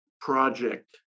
project